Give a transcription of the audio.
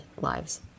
lives